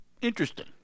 Interesting